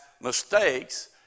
mistakes